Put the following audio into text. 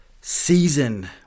Season